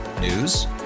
News